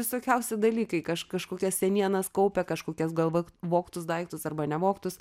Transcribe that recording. vi visokiausi dalykai kaž kažkokias senienas kaupė kažkokias gal vog vogtus daiktus arba ne vogtus